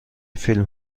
فیلم